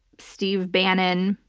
steve bannon,